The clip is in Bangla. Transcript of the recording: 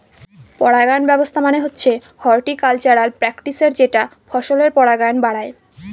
পরাগায়ন ব্যবস্থা মানে হচ্ছে হর্টিকালচারাল প্র্যাকটিসের যেটা ফসলের পরাগায়ন বাড়ায়